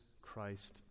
Christ